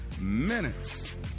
minutes